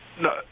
No